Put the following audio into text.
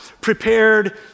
prepared